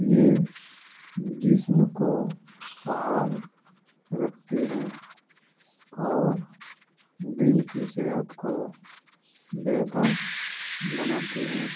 یہ جسم کو فحال رکھتی ہے اور دل کی صحت کو بہتر بناتی ہے